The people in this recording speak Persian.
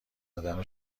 دادن